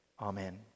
amen